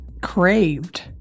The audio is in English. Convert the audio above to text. craved